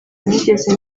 nigeze